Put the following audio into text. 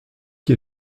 qui